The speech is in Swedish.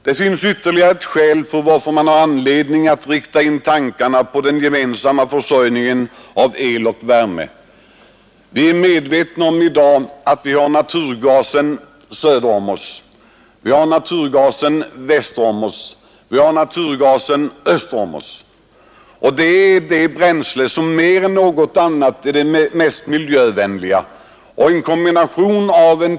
Det finns ytterligare ett skäl till att rikta in tankarna på den gemensamma försörjningen av el och värme. Vi är i dag medveta om att det finns naturgas söder om oss, väster om oss och öster om oss. Naturgasen är det bränsle som är mest miljövänligt.